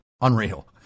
Unreal